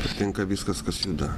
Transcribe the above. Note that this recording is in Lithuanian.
patinka viskas kas juda